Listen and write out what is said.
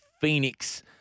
Phoenix